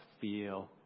feel